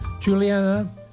Juliana